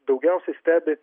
daugiausiai stebi